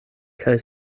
kaj